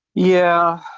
yeah,